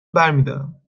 برمیدارم